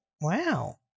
Wow